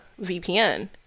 VPN